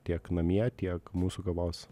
tiek namie tiek mūsų kavos